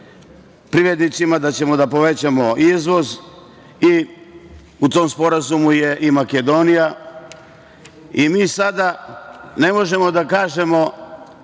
privrednicima, da ćemo da povećamo izvoz i u tom sporazumu je i Makedonija. Mi sada ne možemo da kažemo